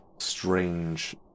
strange